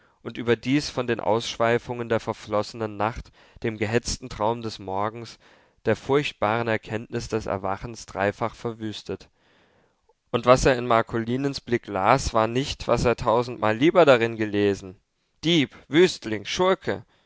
und überdies von den ausschweifungen der verflossenen nacht dem gehetzten traum des morgens der furchtbaren erkenntnis des erwachens dreifach verwüstet und was er in marcolinens blick las war nicht was er tausendmal lieber darin gelesen dieb wüstling schurke